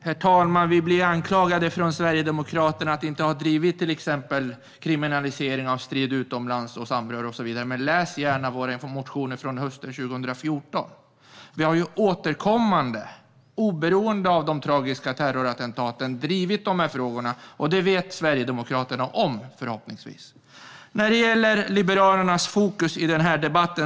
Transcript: Herr talman! Vi blir anklagade av Sverigedemokraterna för att vi inte har drivit till exempel kriminalisering av strid utomlands och samröre och så vidare. Men läs gärna våra motioner från hösten 2014! Vi har återkommande, oberoende av de tragiska terrorattentaten, drivit dessa frågor. Det vet förhoppningsvis Sverigedemokraterna om. Sedan gäller det Liberalernas fokus i denna debatt.